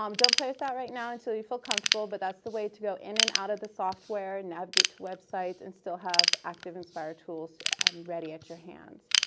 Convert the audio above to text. um don't play with that right now until you feel comfortable, but that's the way to go in and out of the software, navigate to websites and still have activinspire tools ready at your hands.